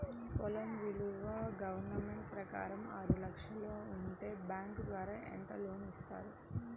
పొలం విలువ గవర్నమెంట్ ప్రకారం ఆరు లక్షలు ఉంటే బ్యాంకు ద్వారా ఎంత లోన్ ఇస్తారు?